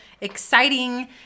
exciting